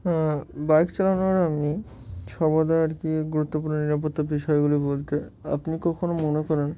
হ্যা বাইক চালানোর আপনি সর্বদা আর কি গুরুত্বপূর্ণ নিরাপত্তা বিষয়গুলি বলতে আপনি কখনও মনে করেন